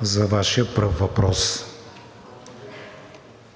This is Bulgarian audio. за Вашия първи въпрос.